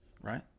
right